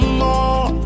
more